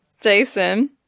Jason